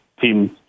team